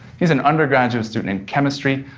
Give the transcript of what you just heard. he's an undergraduate student in chemistry,